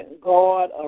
God